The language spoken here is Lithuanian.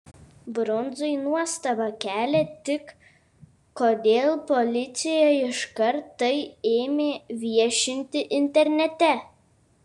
brundzai nuostabą kelia tik kodėl policija iškart tai ėmė viešinti internete